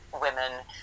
women